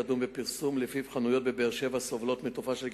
שמספרה 139,